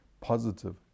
positive